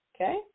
okay